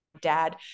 dad